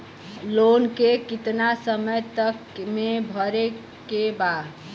Loan के कितना समय तक मे भरे के बा?